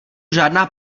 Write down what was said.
žádná